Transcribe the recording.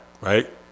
right